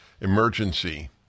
emergency